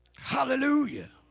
Hallelujah